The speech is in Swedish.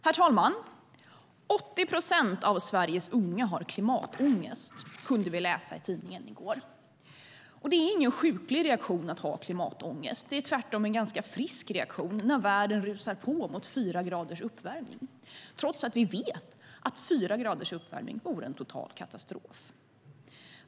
Herr talman! I går kunde vi läsa i tidningen att 80 procent av Sveriges unga har klimatångest. Det är ingen sjuklig reaktion att ha klimatångest, utan det är tvärtom en ganska frisk reaktion när världen rusar på mot fyra graders uppvärmning trots att vi vet att fyra graders uppvärmning vore en total katastrof.